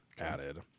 added